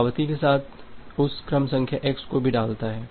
पावती के साथ यह उस क्रम संख्या x को भी डालता है